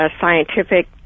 scientific